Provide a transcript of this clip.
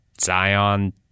zion